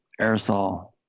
aerosol-